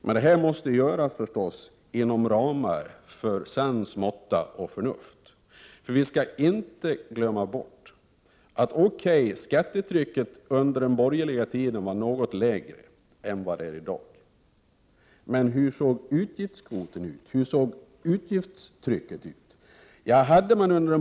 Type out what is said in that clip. Men detta måste naturligtvis göras inom ramen för sans, måtta och förnuft. Skattetrycket var visserligen något lägre under den borgerliga tiden än det är i dag, men vi får inte glömma bort hur utgiftskvoten, utgiftstrycket såg ut.